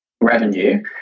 revenue